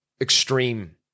extreme